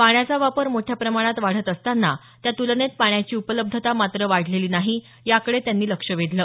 पाण्याचा वापर मोठ्या प्रमाणात वाढत असताना त्या तुलनेत पाण्याची उपलब्धता मात्र वाढलेली नाही याकडे त्यांनी लक्ष वेधलं